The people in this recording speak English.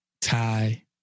tie